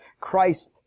Christ